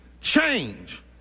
change